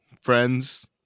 friend's